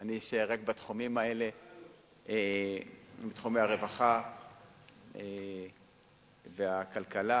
אני אשאר רק בתחומים האלה, בתחומי הרווחה והכלכלה,